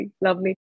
lovely